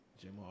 Jim